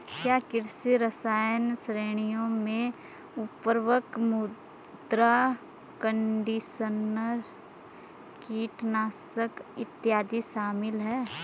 क्या कृषि रसायन श्रेणियों में उर्वरक, मृदा कंडीशनर, कीटनाशक इत्यादि शामिल हैं?